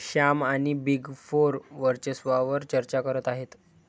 श्याम आणि big four वर्चस्वावार चर्चा करत आहेत